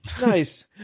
Nice